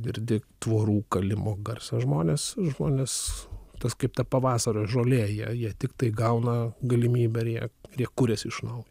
girdi tvorų kalimo garsą žmonės žmonės tas kaip ta pavasario žolė jie jie tiktai gauna galimybę ir jie ir jie kurias iš naujo